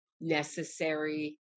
necessary